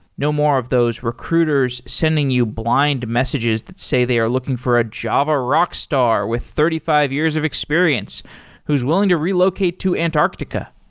no more of those recruiters sending you blind messages that say they are looking for a java rock star with thirty five years of experience who's willing to relocate to antarctica.